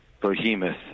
behemoth